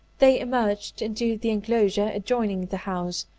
they emerged into the enclosure adjoining the house,